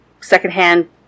secondhand